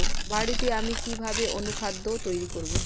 বাড়িতে আমি কিভাবে অনুখাদ্য তৈরি করব?